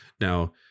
Now